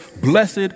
blessed